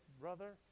Brother